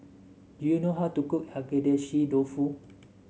do you know how to cook Agedashi Dofu